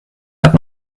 hat